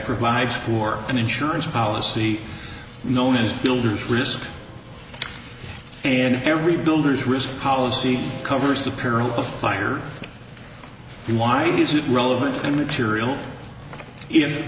provides for an insurance policy known as builders risk and every builders risk policy covers the perils of fire the why is it relevant immaterial if